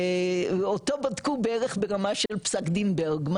שאותו בדקו בערך ברמה של פסק דין ברגמן,